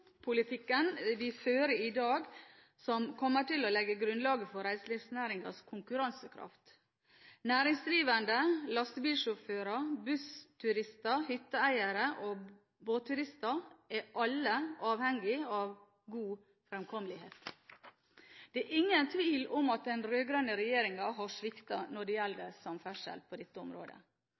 vi fører i dag, som kommer til å legge grunnlaget for reiselivsnæringens konkurransekraft. Næringsdrivende, lastebilsjåfører, bussturister, hytteeiere og båtturister er alle avhengige av god fremkommelighet. Det er ingen tvil om at den rød-grønne regjeringen har sviktet når det gjelder samferdsel på dette området.